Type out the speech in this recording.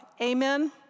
amen